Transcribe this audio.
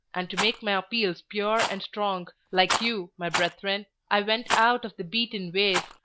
and to make my appeals pure and strong, like you, my brethren, i went out of the beaten ways,